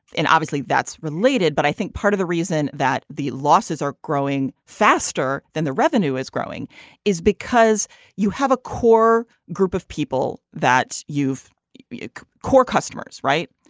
and obviously that's related but i think part of the reason that the losses are growing faster than the revenue it's growing is because you have a core group of people that you've your core customers right.